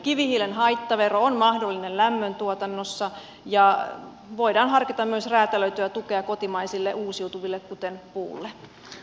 kivihiilen haittavero on mahdollinen lämmöntuotannossa ja voidaan harkita myös räätälöityä tukea kotimaisille uusiutuville kuten puulle